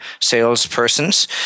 salespersons